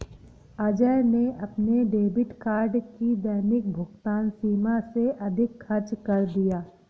अजय ने अपने debit card की दैनिक भुगतान सीमा से अधिक खर्च कर दिया